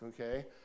Okay